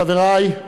חברי,